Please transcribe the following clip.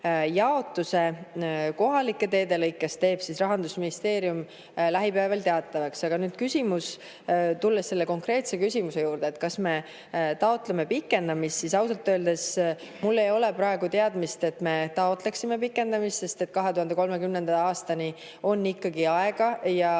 jaotuse kohalike teede lõikes teeb Rahandusministeerium lähipäevil teatavaks. Aga nüüd teie küsimus – tulen selle konkreetse küsimuse juurde, kas me taotleme pikendamist. Ausalt öeldes mul ei ole praegu teadmist, et me taotleme pikendamist. 2030. aastani on ikkagi aega ja